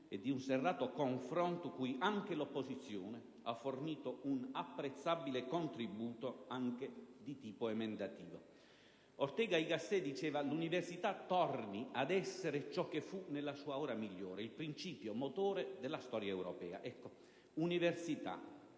e di un serrato confronto cui anche l'opposizione ha fornito un apprezzabile contributo anche di tipo emendativo. Ortega y Gasset affermava: «L'università torni ad essere ciò che fu nella sua ora migliore: il principio motore della storia europea».